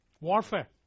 Warfare